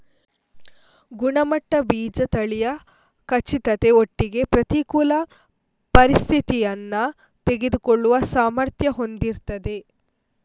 ಗುಣಮಟ್ಟದ ಬೀಜ ತಳಿಯ ಖಚಿತತೆ ಒಟ್ಟಿಗೆ ಪ್ರತಿಕೂಲ ಪರಿಸ್ಥಿತಿಯನ್ನ ತಡೆದುಕೊಳ್ಳುವ ಸಾಮರ್ಥ್ಯ ಹೊಂದಿರ್ತದೆ